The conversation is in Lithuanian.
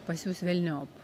pasiųs velniop